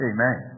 Amen